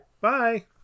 bye